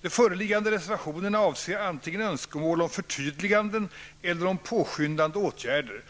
De föreliggande reservationerna avser antingen önskemål om förtydliganden eller om påskyndande åtgärder.